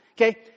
Okay